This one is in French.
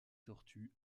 tortues